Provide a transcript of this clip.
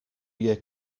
year